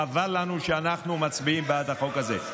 חבל לנו שאנחנו מצביעים בעד החוק הזה.